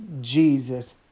Jesus